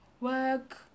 work